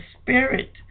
spirit